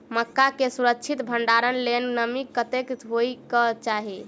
मक्का केँ सुरक्षित भण्डारण लेल नमी कतेक होइ कऽ चाहि?